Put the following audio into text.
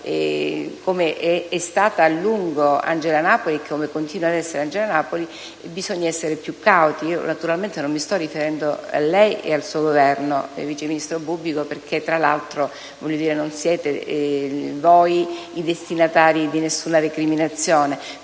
come è stata a lungo e continua ad essere Angela Napoli, bisogna essere più cauti. Naturalmente non mi sto riferendo a lei e al suo Governo, vice ministro Bubbico, perché tra l'altro non siete voi i destinatari di alcuna recriminazione.